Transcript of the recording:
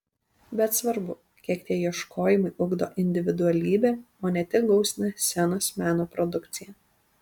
bet svarbu kiek tie ieškojimai ugdo individualybę o ne tik gausina scenos meno produkciją